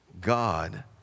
God